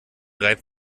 reibt